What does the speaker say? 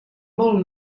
molt